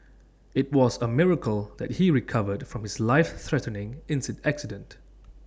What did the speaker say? IT was A miracle that he recovered from his life threatening accident